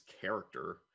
character